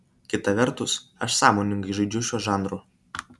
kita vertus aš sąmoningai žaidžiu šiuo žanru